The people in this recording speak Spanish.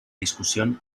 discusión